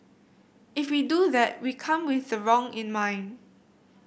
if we do that we come with the wrong in mind